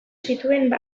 zituen